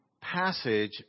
passage